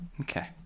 Okay